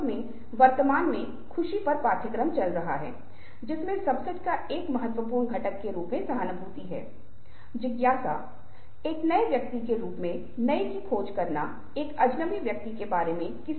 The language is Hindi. तो यह A है और यह B है यह एक वार्तालाप चल रहा है बीच में कोई चुप्पी नहीं है लेकिन एक छोटा सा ब्रेक है जिस क्षण कोई व्यक्ति संवाद करना बंद कर देता है और अन्य व्यक्ति संवाद करना शुरू कर देता है